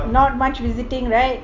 not much visiting right